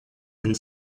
and